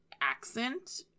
accent